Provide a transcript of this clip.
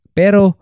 pero